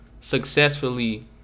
successfully